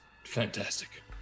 fantastic